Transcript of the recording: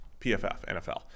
pffnfl